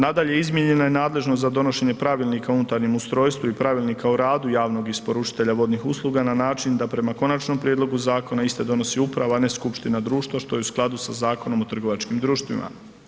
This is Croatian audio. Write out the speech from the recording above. Nadalje izmijenjena je nadležnost za donošenje Pravilnika o unutarnjem ustrojstvu i pravilnika o radu javnog isporučitelja vodnih usluga na način da prema konačnom prijedlogu zakona iste donosi uprava a ne skupština društva što je u skladu sa zakonom o trgovačkim društvima.